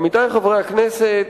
עמיתי חברי הכנסת,